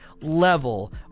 level